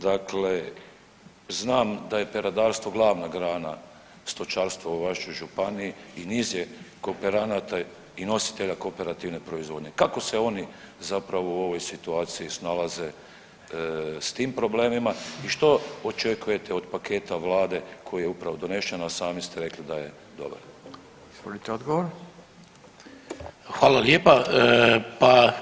Dakle, znam da je peradarstvo glavna grana stočarstva u vašoj županiji i niz je kooperanata i nositelja kooperativne proizvodnje, kako se oni zapravo u ovoj situaciji snalaze s tim problemima i što očekujete od paketa Vlade koji je upravo donesen, a sami ste rekli da je dobar?